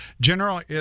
General